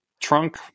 trunk